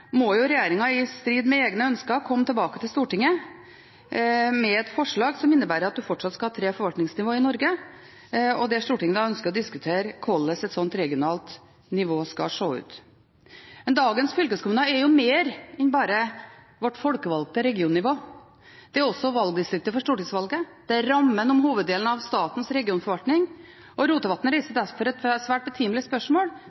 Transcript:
i strid med egne ønsker, komme tilbake til Stortinget med et forslag som innebærer at en fortsatt skal ha tre forvaltningsnivåer i Norge. Stortinget ønsker å diskutere hvordan et slikt regionalt nivå skal se ut. Dagens fylkeskommuner er jo mer enn bare vårt folkevalgte regionnivå – det er også valgdistriktet for stortingsvalget, og det er rammen om hoveddelen av statens regionforvaltning. Rotevatn reiser derfor et svært betimelig spørsmål